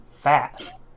fat